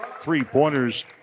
three-pointers